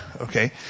okay